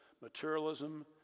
materialism